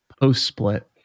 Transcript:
post-split